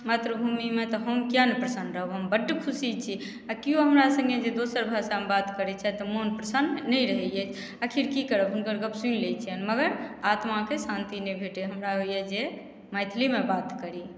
मातृभूमि मे तऽ हम किए नहि प्रसन्न रहब हम बड खुशी छी आ केओ हमरा सङ्गे जे दोसर भाषा मे बात करै छथि तऽ मोन प्रसन्न नहि रहैया आखिर की करब हुनकर गॉप सुनि लै छियनि मगर आत्मा केँ शान्ति नहि भेटैया हमरा होइया जे मैथिली मे बात करी